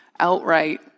outright